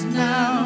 now